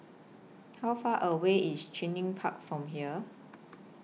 How Far away IS Cluny Park from here